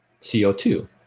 co2